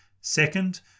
Second